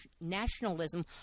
nationalism